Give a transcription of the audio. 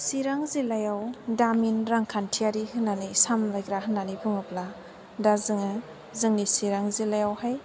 चिरां जिल्लायाव दामिन रांखान्थियारि होन्नानै सामलाइग्रा होन्नानै बुङोब्ला दा जोङो जोंनि चिरां जिल्लायावहाइ